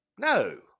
no